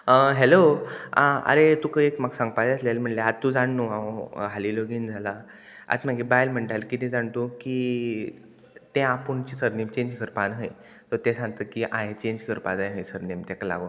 hello आरे तुका एक म्हाका सांगपा जाय आसलेलें म्हणलें आतां जाण न्हू हांव हालीं लगीन जालां आत म्हागे बायल म्हणटा किदें जाण तूं की तें आपूणचें सरनेम चेंज करपा न्हय सो तें सांगता की हांवें चेंज करपा जाय हय सर नेम तेका लागोन